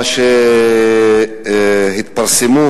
מה שהתפרסמו,